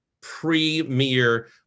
premier